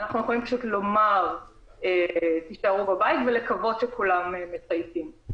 אנחנו פשוט יכולים לומר "תישארו בבית" ולקוות שכולם מצייתים.